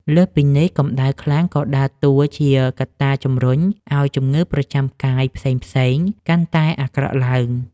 លើសពីនេះ កម្ដៅខ្លាំងក៏ដើរតួជាកត្តាជម្រុញឱ្យជំងឺប្រចាំកាយផ្សេងៗកាន់តែអាក្រក់ឡើង។